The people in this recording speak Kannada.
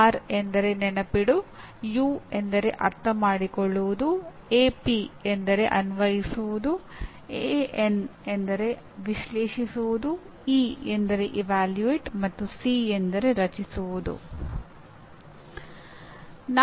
ಆರ್R ಎಂದರೆ ನೆನಪಿಡು Remember ಯು U ಎಂದರೆ ಅರ್ಥಮಾಡಿಕೊಳ್ಳುವುದು Understand ಎಪಿ ಎಂದರೆ ಅನ್ವಯಿಸುವುದು Apply ಎಎನ್ ಎಂದರೆ ವಿಶ್ಲೇಷಿಸುವುದು Analyze ಇ E ಎಂದರೆ ಇವ್ಯಾಲ್ಯೂಏಟ್ Evaluate ಮತ್ತು ಸಿ ಎಂದರೆ ರಚಿಸುವುದು Create